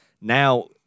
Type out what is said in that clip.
now